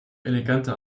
eleganter